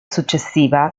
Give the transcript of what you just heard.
successiva